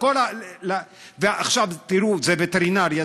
ועכשיו תראו: זה וטרינריה,